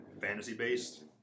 fantasy-based